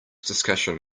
discussion